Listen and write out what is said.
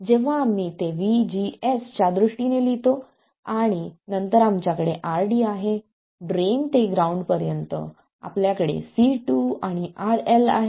जेव्हा आम्ही ते vGS च्यादृष्टीने लिहितो आणि नंतर आमच्याकडे RD आहे ड्रेन ते ग्राउंड पर्यंत आपल्याकडे C2 आणि RL आहे